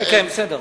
כן, כן.